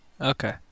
Okay